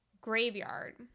graveyard